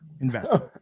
investment